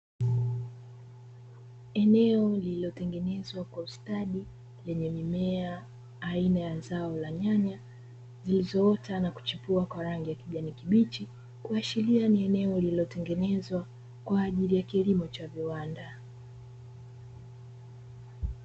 Eneo lililotengenezwa kwa ustadi lenye mimea aina ya zao la nyanya zilizoota na kuchipua kwa rangi ya kijani kibichi, kuashiria ni eneo lililotengenezwa kwa ajili ya kilimo cha viwanda.